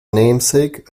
namesake